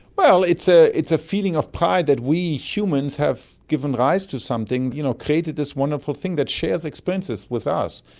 it's ah it's a feeling of pride that we humans have given rise to something, you know created this wonderful thing that shares experiences with us.